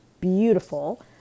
beautiful